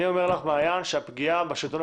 אני אומר לך, מעין, שהפגיעה בשלטון המקומי,